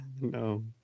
no